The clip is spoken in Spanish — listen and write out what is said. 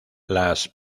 las